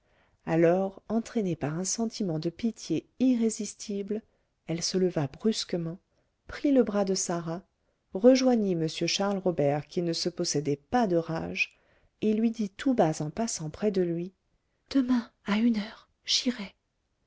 alors entraînée par un sentiment de pitié irrésistible elle se leva brusquement prit le bras de sarah rejoignit m charles robert qui ne se possédait pas de rage et lui dit tout bas en passant près de lui demain à une heure j'irai